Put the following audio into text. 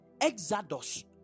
exodus